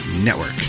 Network